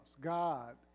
God